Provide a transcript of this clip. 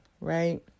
right